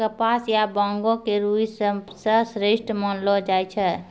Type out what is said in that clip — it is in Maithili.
कपास या बांगो के रूई सबसं श्रेष्ठ मानलो जाय छै